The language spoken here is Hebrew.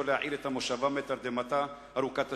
להעיר את המושבה מתרדמתה ארוכת השנים.